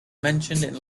mentioned